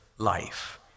life